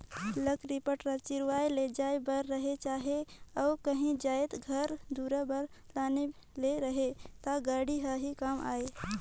लकरी पटरा चिरवाए ले जाए बर रहें चहे अउ काही जाएत घर दुरा बर लाने ले रहे ता गाड़ा हर ही काम आए